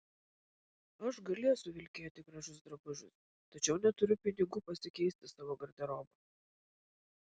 aš galėsiu vilkėti gražius drabužius tačiau neturiu pinigų pasikeisti savo garderobą